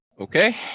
Okay